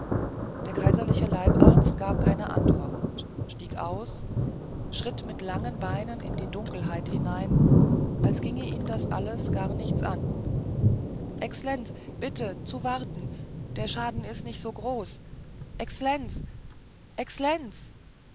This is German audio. der kaiserliche leibarzt gab keine antwort stieg aus schritt mit langen beinen in die dunkelheit hinein als gingen ihn das alles gar nichts an exlenz bitte zu warten der schaden is nicht so groß exlenz exlenz